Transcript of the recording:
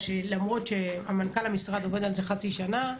לא הצלחנו למרות שמנכ"ל המשרד עובד על זה חצי שנה,